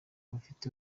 abafite